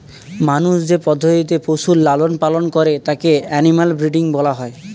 মানুষ যে পদ্ধতিতে পশুর লালন পালন করে তাকে অ্যানিমাল ব্রীডিং বলা হয়